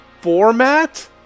format